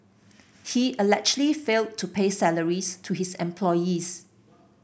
he allegedly failed to pay salaries to his employees